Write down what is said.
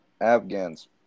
Afghans